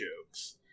jokes